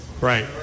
Right